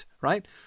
right